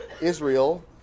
Israel